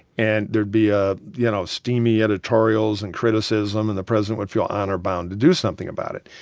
and there'd be, ah you know, steamy editorials and criticism. and the president would feel honor-bound to do something about it.